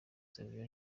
savio